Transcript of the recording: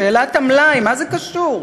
שאלת המלאי מה זה קשור?